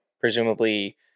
presumably